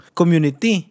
community